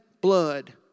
blood